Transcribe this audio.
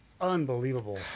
unbelievable